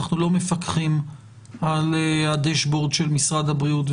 אנחנו לא מפקחים על הדשבורד של משרד הבריאות,